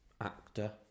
actor